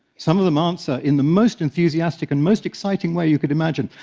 some of them answer in the most enthusiastic and most exciting way you could imagine.